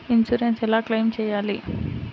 Insurance ఎలా claim చేయాలి?